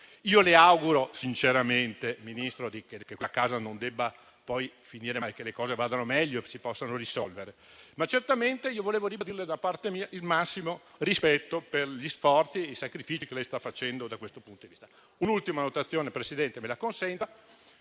Io le auguro sinceramente, Ministro, che quella casa non debba poi finire male, che le cose vadano meglio e che si possano risolvere, ma certamente volevo ribadirle, da parte mia, il massimo rispetto per gli sforzi e i sacrifici che sta facendo da questo punto di vista. Mi consenta un'ultima dichiarazione, Presidente. Chi ha voluto